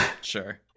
Sure